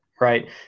right